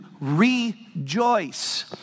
rejoice